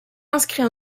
inscrit